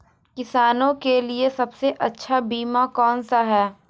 किसानों के लिए सबसे अच्छा बीमा कौन सा है?